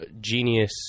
genius